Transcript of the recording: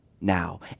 now